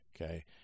okay